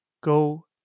go